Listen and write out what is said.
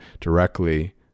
directly